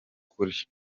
kuri